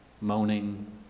moaning